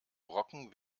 brocken